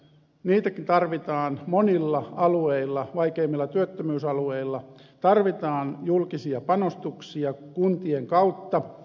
niitäkin tarvitaan monilla alueilla vaikeimmilla työttömyysalueilla tarvitaan julkisia panostuksia kuntien kautta